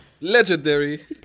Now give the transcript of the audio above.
Legendary